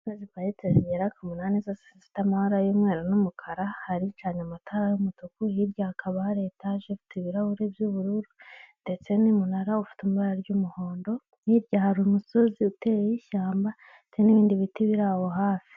Imodoka ziparitse zigera ku munani zose zifite amabara y'umweru n'umukara, hari icanye amatara y'umutuku hirya hakaba hari etage ifite ibirahuri by'ubururu ndetse n'umunara ufite ibara ry'umuhondo, hirya hari umusozi uteyeho ishyamba n'ibindi biti biri aho hafi.